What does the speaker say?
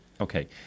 Okay